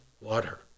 water